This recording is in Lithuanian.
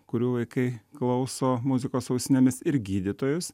kurių vaikai klauso muzikos su ausinėmis ir gydytojus